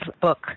book